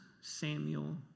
Samuel